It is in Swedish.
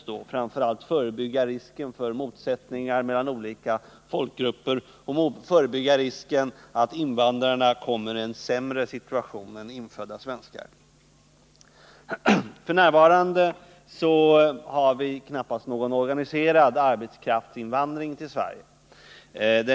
Det gäller framför allt att förebygga risken för motsättningar mellan olika folkgrupper och att förebygga risken för att invandrarna kommer i en sämre situation än F.n. har vi knappast någon organiserad arbetskraftsinvandring till Torsdagen den Sverige.